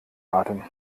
atem